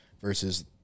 versus